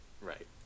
Right